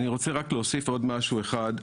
אני רוצה להוסיף עוד משהו אחד.